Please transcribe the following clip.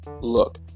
Look